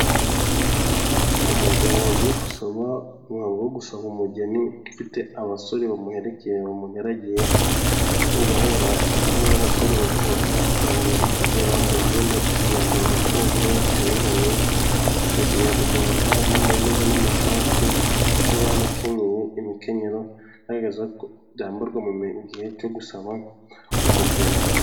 Umugabo wagiye gusaba umuhango wo gusaba umugeni afite abasore bamuherekeye bamugaragiye bigaragara harimo abasore bamuherekeje bambaye imyenda (imyambaro gakondo) bafite n'inkoni za kinyarwanda bambaye neza n'amashati ndetse banakenyeye imikenyerobiagaragaza ko byambarwa mu gihe cyo gusaba umugeni.